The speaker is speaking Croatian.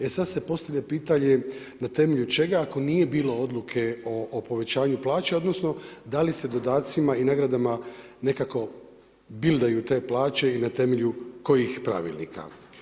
E sad se postavlja pitanje, na temelju čega, ako nije bilo odluke o povećanju plaća, odnosno, da li se dodacima i nagradama nekako bildaju te plaće i na temelju kojih pravilnika?